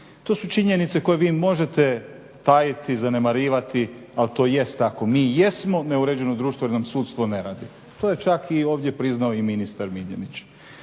To su činjenice koje vi možete tajiti, zanemarivati, ali to jest tako. Mi jesmo neuređeno društvo jer nam sudstvo ne radi. To je čak i ovdje priznao i ministar Miljenić.